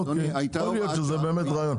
אוקיי, יכול להיות שזה באמת רעיון.